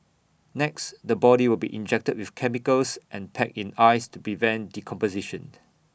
next the body will be injected with chemicals and packed in ice to prevent decomposition